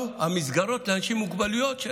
קמו המסגרות לאנשים עם מוגבלויות,